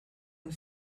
and